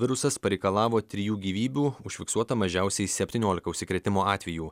virusas pareikalavo trijų gyvybių užfiksuota mažiausiai septyniolika užsikrėtimo atvejų